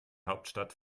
hauptstadt